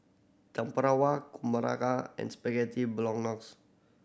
Tempura and Spaghetti Bolognese